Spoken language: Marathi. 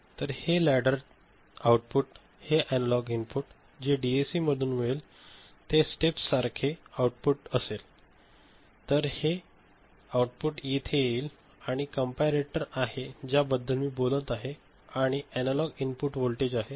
तर हे लॅडर आउटपुट हे एनालॉग आउटपुट जे डीएसी मधून मिळेल ते स्टेप्स सारारखे आउटपुट असेल तर हे आउटपुट येथे येईल आणि हे कॅम्परेटोर आहे ज्या बद्दल मी बोलत आहे आणि हे अनालॉग इनपुट व्होल्टेज आहे